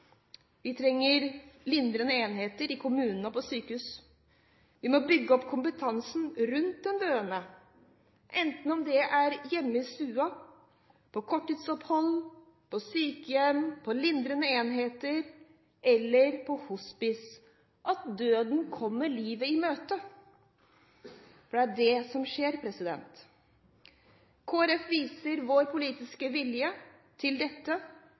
Vi trenger lindrende enheter i kommunene og på sykehusene. Vi må bygge opp kompetansen rundt den døende, enten det er hjemme i stua, på korttidsoppholdet, på sykehjemmet, på lindrende enheter eller på hospicet at døden kommer livet i møte – for det er det som skjer. Kristelig Folkeparti viser sin politiske vilje til dette